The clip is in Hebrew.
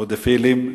פדופילים,